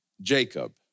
Jacob